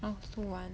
I also want